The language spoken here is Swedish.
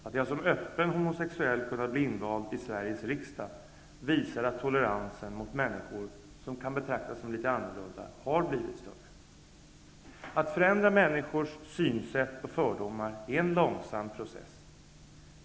Att jag som öppen homosexuell kunnat bli invald i Sveriges riksdag visar att toleransen mot människor som kan betraktas som litet annorlunda har blivit större. Att förändra människors synsätt och fördomar är en långsam process.